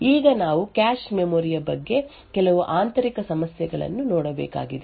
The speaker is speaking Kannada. ಈಗ ನಾವು ಕ್ಯಾಶ್ ಮೆಮೊರಿ ಯ ಬಗ್ಗೆ ಕೆಲವು ಆಂತರಿಕ ಸಂಸ್ಥೆಗಳನ್ನು ನೋಡಬೇಕಾಗಿದೆ